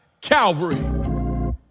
Calvary